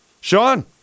Sean